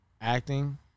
acting